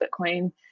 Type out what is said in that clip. Bitcoin